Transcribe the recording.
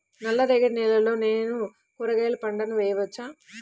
నల్ల రేగడి నేలలో నేను కూరగాయల పంటను వేయచ్చా?